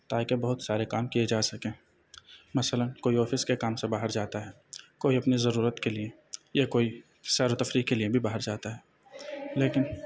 تاکہ بہت سارے کام کیے جا سکیں مثلاً کوئی آفس کے کام سے باہر جاتا ہے کوئی اپنی ضرورت کے لیے یا کوئی سیر و تفریح کے لیے بھی باہر جاتا ہے لیکن